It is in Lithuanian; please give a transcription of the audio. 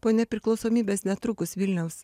po nepriklausomybės netrukus vilniaus